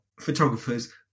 photographers